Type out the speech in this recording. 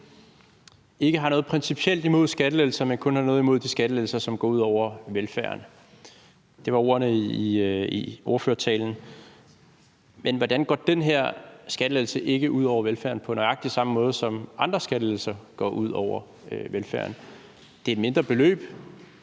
ikke har noget principielt imod skattelettelser, men kun har noget imod de skattelettelser, som går ud over velfærden. Det var ordene i ordførertalen. Men hvordan går den her skattelettelse ikke ud over velfærden på nøjagtig samme måde, som andre skattelettelser går ud over velfærden? Det er et mindre beløb,